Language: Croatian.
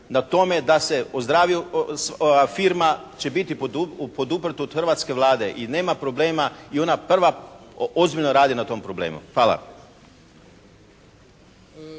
na tome da se ozdravi, firma će biti poduprijeta od hrvatske Vlade. I nema problema, i ona prva ozbiljno radi na tom problemu. Hvala.